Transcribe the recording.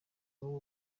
wowe